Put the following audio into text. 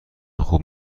خوب